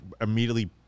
immediately